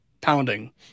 pounding